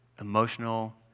emotional